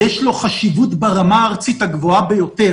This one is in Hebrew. יש לו חשיבות ברמה הארצית הגבוהה ביותר